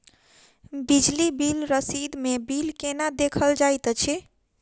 बिजली बिल रसीद मे बिल केना देखल जाइत अछि?